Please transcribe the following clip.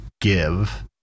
give